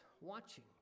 watching